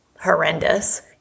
horrendous